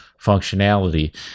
functionality